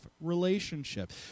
relationship